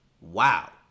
wow